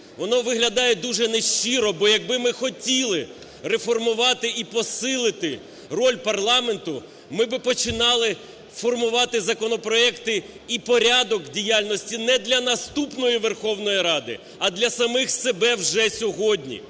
Воно виглядає дуже не щиро, бо якби ми хотіли реформувати і посилити роль парламенту, ми би починали формувати законопроекти і порядок діяльності не для наступної Верховної Ради, а для самих себе вже сьогодні.